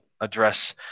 address